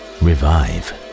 revive